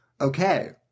Okay